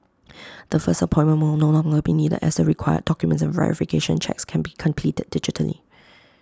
the first appointment will no longer be needed as the required documents and verification checks can be completed digitally